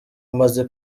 amaze